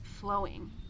flowing